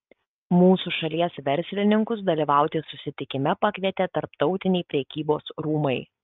mūsų šalies verslininkus dalyvauti susitikime pakvietė tarptautiniai prekybos rūmai